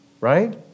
right